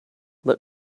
let